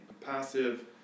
passive